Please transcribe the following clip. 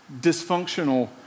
dysfunctional